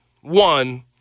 One